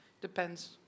depends